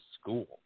school